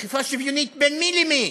אכיפה שוויוניות בין מי למי?